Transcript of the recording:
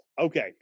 Okay